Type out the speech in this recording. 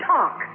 Talk